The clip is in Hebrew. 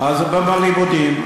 ובלימודים.